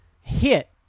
hit